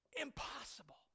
impossible